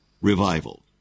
revival